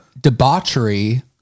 debauchery